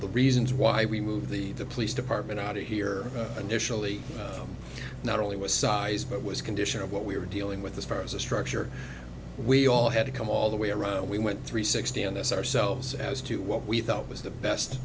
the reasons why we moved the police department out here and initially not only was size but was condition of what we were dealing with as far as a structure we all had to come all the way around we went three sixty on this ourselves as to what we thought was the best